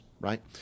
right